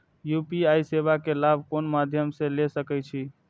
UPI सेवा के लाभ कोन मध्यम से ले सके छी?